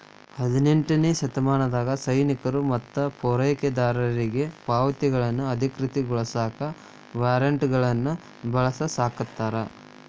ಹದಿನೆಂಟನೇ ಶತಮಾನದಾಗ ಸೈನಿಕರು ಮತ್ತ ಪೂರೈಕೆದಾರರಿಗಿ ಪಾವತಿಗಳನ್ನ ಅಧಿಕೃತಗೊಳಸಾಕ ವಾರ್ರೆಂಟ್ಗಳನ್ನ ಬಳಸಾಕತ್ರು